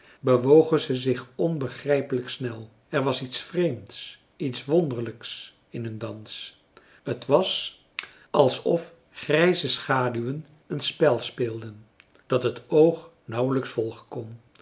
bewogen ze zich onbegrijpelijk snel er was iets vreemds iets wonderlijks in hun dans het was alsof grijze schaduwen een spel speelden dat het oog nauwelijks volgen kon